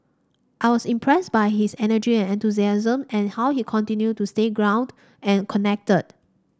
I was impressed by his energy and enthusiasm and how he continued to stay grounded and connected